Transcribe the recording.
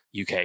UK